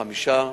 חמישה,